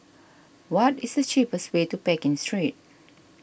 what is the cheapest way to Pekin Street